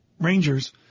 Rangers